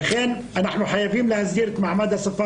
לכן אנחנו חייבים להסדיר את מעמד השפה